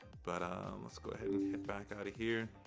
but let's go ahead and hit back outta here.